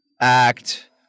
act